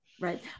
Right